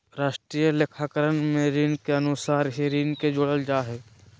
राष्ट्रीय लेखाकरण में ऋणि के अनुसार ही ऋण के जोड़ल जा हइ